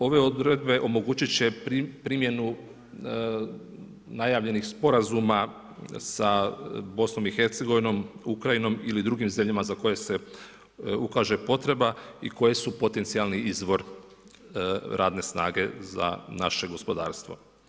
Ove odredbe omogućiti će primjenu najavljenih sporazuma sa BIH, Ukrajinom ili drugim zemljama za koje se ukaže potreba i koje su potencijalni izvor radne snage za naše gospodarstvo.